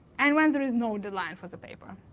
and when there is no deadline for the paper.